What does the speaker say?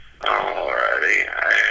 Alrighty